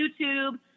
youtube